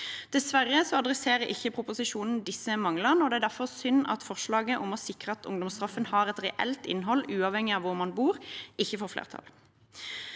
Dessverre adresserer ikke proposisjonen disse manglene, og det er derfor synd at forslaget om å sikre at ungdomsstraffen har reelt innhold uavhengig av hvor man bor, ikke får flertall.